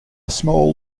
small